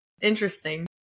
interesting